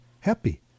happy